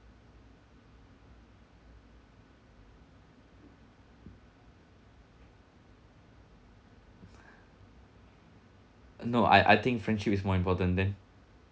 uh no I I think friendship is more important then